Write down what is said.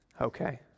Okay